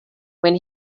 when